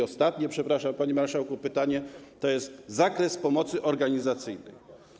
Ostatnie, przepraszam, panie marszałku, pytanie, jest o zakres pomocy organizacyjnej.